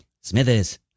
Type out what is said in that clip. Smithers